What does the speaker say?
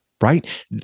Right